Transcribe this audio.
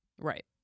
right